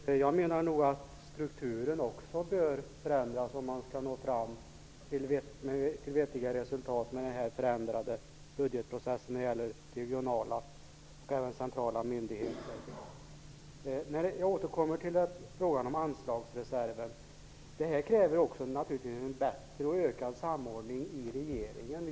Herr talman! Också strukturen bör förändras om man skall nå fram till vettiga resultat genom en förändrad budgetprocess när det gäller regionala och centrala myndigheter. Jag vill återkomma till frågan om anslagsreserven. Detta kräver naturligtvis också en bättre och en ökad samordning inom regeringen.